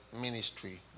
ministry